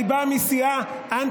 אבל היא באה מסיעה אנטי-ציונית.